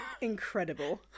Incredible